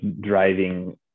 driving